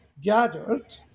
gathered